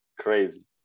crazy